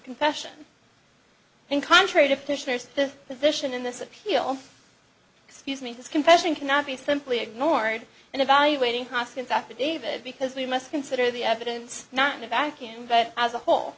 confession in contrary to fish there's the position in this appeal excuse me this confession cannot be simply ignored and evaluating hoskins affidavit because we must consider the evidence not in a vacuum but as a whole